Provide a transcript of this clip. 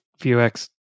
vuex